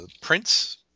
Prince